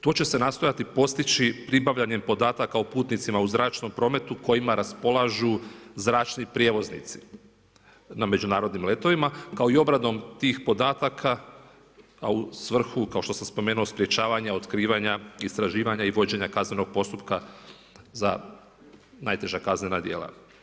To će se nastojati postići pribavljanjem podataka o putnicima u zračnom prometu kojima raspolažu zračni prijevoznici na međunarodnim letovima kao i obradom tih podataka a u svrhu kao što sam spomenuo sprječavanja, otkrivanja, istraživanja i vođenja kaznenog postupka, za najteža kaznena dijela.